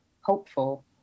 hopeful